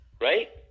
right